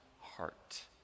heart